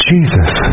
Jesus